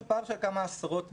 זה פער של כמה עשרות מיליונים,